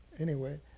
anyway.